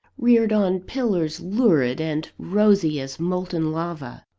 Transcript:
reared on pillars lurid and rosy as molten lava.